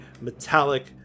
metallic